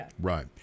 Right